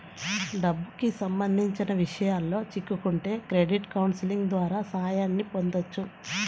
డబ్బుకి సంబంధించిన విషయాల్లో చిక్కుకుంటే క్రెడిట్ కౌన్సిలింగ్ ద్వారా సాయాన్ని పొందొచ్చు